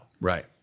Right